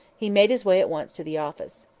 he made his way at once to the office.